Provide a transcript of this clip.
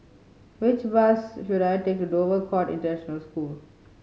which bus should I take to Dover Court International School